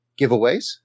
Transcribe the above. giveaways